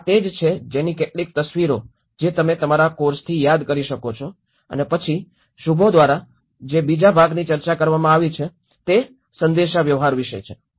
તો આ તે જ છે જેની કેટલીક તસવીરો જે તમે તમારા કોર્સથી યાદ કરી શકો છો અને પછી શુભો દ્વારા જે બીજા ભાગની ચર્ચા કરવામાં આવી છે તે સંદેશાવ્યવહાર વિશે છે